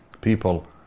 people